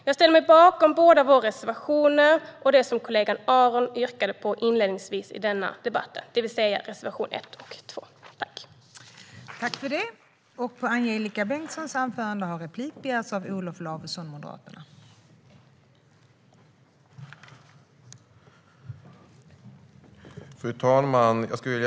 Jag ställer mig bakom våra båda reservationer och det som kollegan Aron yrkade bifall till inledningsvis i debatten, det vill säga reservationerna 1 och 2.